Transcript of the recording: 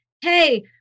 hey